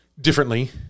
Differently